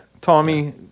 tommy